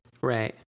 Right